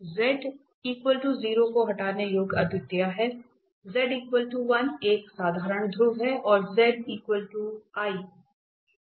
z 0 एक हटाने योग्य अद्वितीयता है z 1 एक साधारण ध्रुव है और z i क्रम 2 का एक ध्रुव है